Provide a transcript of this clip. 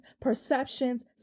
perceptions